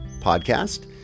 podcast